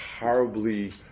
horribly